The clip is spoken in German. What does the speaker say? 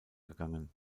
gegangen